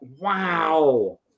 wow